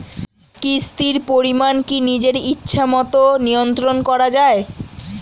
কিস্তির পরিমাণ কি নিজের ইচ্ছামত নিয়ন্ত্রণ করা যায়?